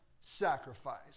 sacrifice